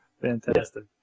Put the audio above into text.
Fantastic